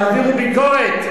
תעבירו ביקורת,